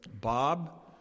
Bob